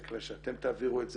אני מתכוון שאתם תעבירו את זה.